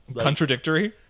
Contradictory